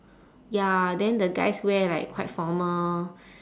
ya then the guys wear like quite formal